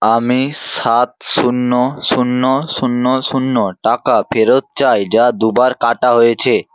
আমি সাত শূন্য শূন্য শূন্য শূন্য টাকা ফেরত চাই যা দু বার কাটা হয়েছে